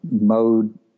mode